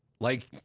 like,